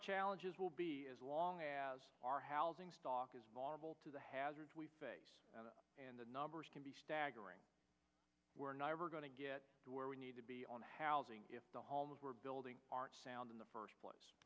challenges will be as long as our housing stock is vulnerable to the hazards we face and the numbers can be staggering we're never going to get to where we need to be on housing if the homes we're building are sound in the first place